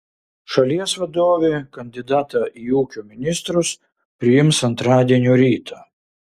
šalies vadovė kandidatą į ūkio ministrus priims antradienio rytą